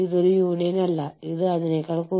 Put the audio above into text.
നിങ്ങൾ ദുർബലമായ ഒരു കമ്പനിയെ ഏറ്റെടുക്കുന്നു